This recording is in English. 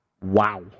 Wow